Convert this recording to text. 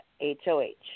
H-O-H